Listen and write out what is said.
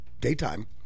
daytime